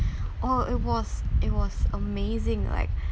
oh it was it was amazing like